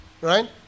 Right